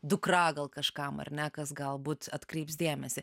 dukra gal kažkam ar ne kas galbūt atkreips dėmesį